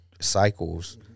cycles –